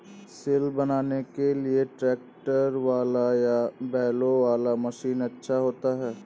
सिल बनाने के लिए ट्रैक्टर वाला या बैलों वाला मशीन अच्छा होता है?